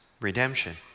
redemption